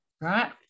right